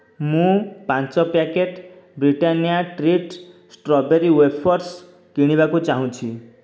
ମୁଁ ପାଞ୍ଚ packet Britannia treat strawberry wafers କିଣିବାକୁ ଚାହୁଁଛି